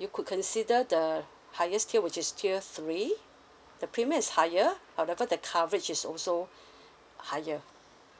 you could consider the highest tier which is tier three the premium is higher however the coverage is also higher